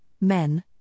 men